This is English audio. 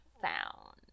found